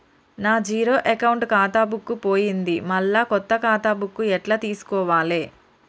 నా zero account ఖాతా book పోయింది మళ్ళా కొత్త ఖాతా బుక్కు ఎట్ల తీసుకోవాలే?